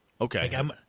Okay